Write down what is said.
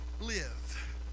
live